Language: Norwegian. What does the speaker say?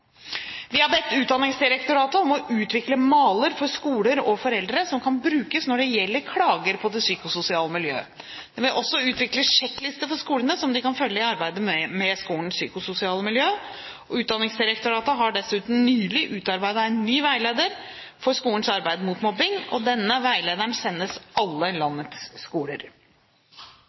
Vi har bedt Utdanningsdirektoratet om å utvikle maler for skoler og foreldre som kan brukes når det gjelder klager på det psykososiale miljøet. Det vil også utvikles sjekklister for skolene som de kan følge i arbeidet med skolens psykososiale miljø. Utdanningsdirektoratet har dessuten nylig utarbeidet en ny veileder for skolens arbeid mot mobbing. Denne veilederen sendes alle landets skoler.